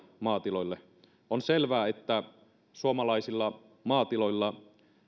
maatiloille on selvää että suomalaisilla maatiloilla